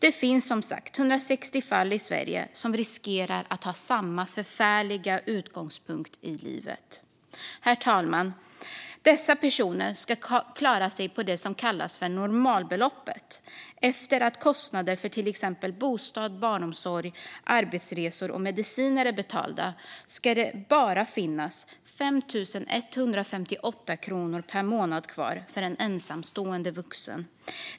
Det finns som sagt 160 000 personer i Sverige som riskerar att ha denna förfärliga utgångspunkt i livet. Dessa personer ska klara sig på det som kallas normalbeloppet. Efter att kostnader för till exempel bostad, barnomsorg, arbetsresor och mediciner är betalda ska det bara finnas 5 158 kronor per månad kvar för en ensamstående vuxen.